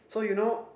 so you know